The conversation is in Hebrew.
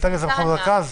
נתניה זה במחוז מרכז?